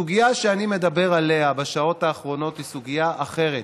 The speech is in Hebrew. הסוגיה שאני מדבר עליה בשעות האחרונות היא סוגיה אחרת.